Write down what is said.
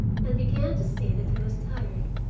and began to say that he was tired,